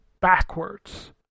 backwards